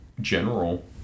general